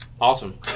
Awesome